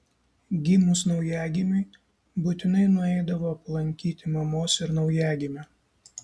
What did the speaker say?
gimus naujagimiui būtinai nueidavo aplankyti mamos ir naujagimio